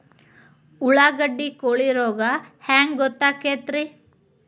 ಉಳ್ಳಾಗಡ್ಡಿ ಕೋಳಿ ರೋಗ ಹ್ಯಾಂಗ್ ಗೊತ್ತಕ್ಕೆತ್ರೇ?